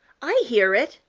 i hear it,